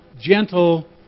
gentle